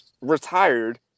retired